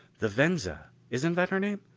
the venza, isn't that her name?